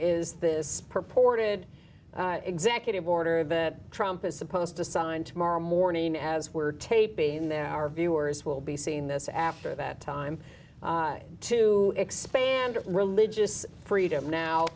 is this purported executive order that trump is supposed to sign tomorrow morning as we're taping there our viewers will be seeing this after that time to expand religious freedom now